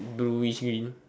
bluish green